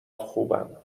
خوبم